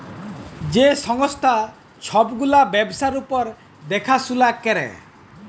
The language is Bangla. যে সংস্থা ছব গুলা ব্যবসার উপর দ্যাখাশুলা ক্যরে